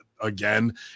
again